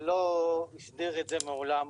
לא אסדר את זה מעולם.